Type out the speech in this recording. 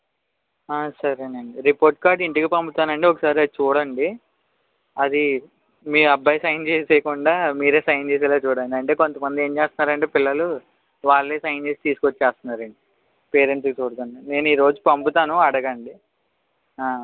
సరేనండి report card ఇంటికి పంపుతానండి ఒకసారి అది చూడండి అది మీ అబ్బాయి సైన్ చేయకుండా మీరే సైన్ చేసేలా చూడండి అంటే కొంతమంది ఏం చేస్తన్నారంటే పిల్లలు వాళ్ళే సైన్ చేసి తీసుకొచ్చేస్తన్నారండి పేరెంట్ చూడకుండా నేను ఈరోజు పంపుతాను అడగండి